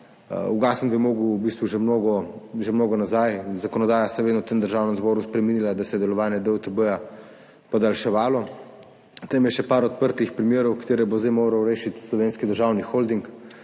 bistvu že mnogo, že mnogo nazaj. Zakonodaja se je vedno v tem Državnem zboru spremenila, da se je delovanje DUTB podaljševalo. Potem je še nekaj odprtih primerov, ki jih bo zdaj moral rešiti Slovenski državni holding.